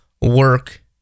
work